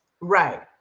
Right